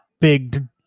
big